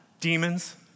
demons